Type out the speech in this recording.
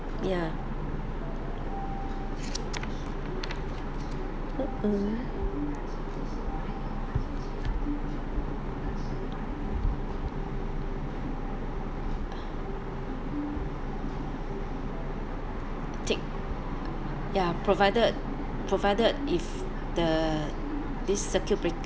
ya mm tip provided provided if the this circuit breaker